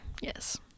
yes